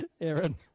Aaron